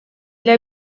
для